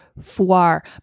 foire